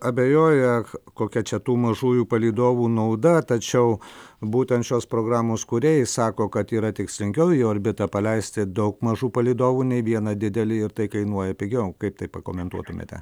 abejoja kokia čia tų mažųjų palydovų nauda tačiau būtent šios programos kūrėjai sako kad yra tikslingiau į orbitą paleisti daug mažų palydovų nei vieną didelį ir tai kainuoja pigiau kaip tai pakomentuotumėte